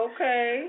Okay